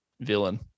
villain